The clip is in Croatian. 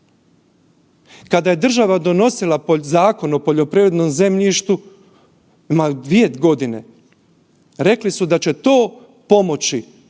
Kada je država donosila Zakona o poljoprivrednom zemljištu, ima dvije godine, rekli su da će to pomoći